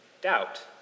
doubt